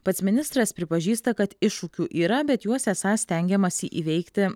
pats ministras pripažįsta kad iššūkių yra bet juos esą stengiamasi įveikti